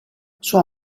sua